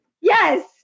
yes